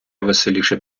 веселіше